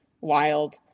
wild